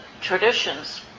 traditions